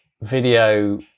video